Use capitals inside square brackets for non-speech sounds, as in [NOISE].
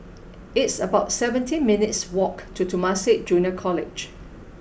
it's about seventeen minutes' walk to Temasek Junior College [NOISE]